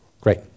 Great